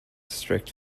strict